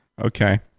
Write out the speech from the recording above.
Okay